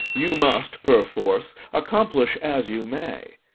you must perforce accomplish as you may.